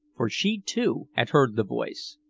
for she, too, had heard the voice.